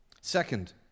Second